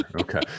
Okay